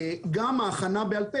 גם ההכנה בעל פה